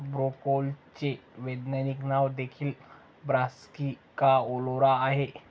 ब्रोकोलीचे वैज्ञानिक नाव देखील ब्रासिका ओलेरा आहे